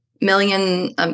million